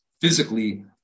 physically